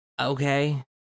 okay